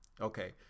okay